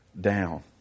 down